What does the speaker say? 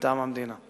מטעם המדינה.